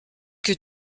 que